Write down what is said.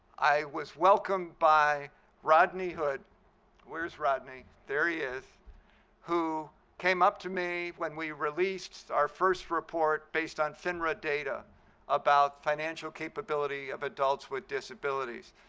i was welcomed by rodney hood where's rodney? there he is who came up to me when we released our first report based on finra data about financial capability of adults with disabilities,